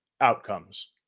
outcomes